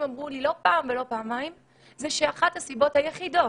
אמרו לי לא פעם ולא פעמיים שאחת הסיבות היחידות